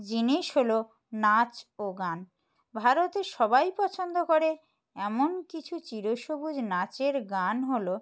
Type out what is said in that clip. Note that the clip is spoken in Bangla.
জিনিস হল নাচ ও গান ভারতে সবাই পছন্দ করে এমন কিছু চিরসবুজ নাচের গান হল